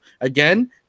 Again